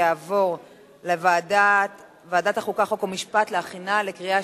לוועדת החוקה, חוק ומשפט נתקבלה.